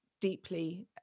deeply